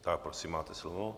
Tak prosím, máte slovo.